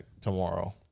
tomorrow